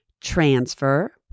transfer